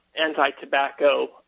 anti-tobacco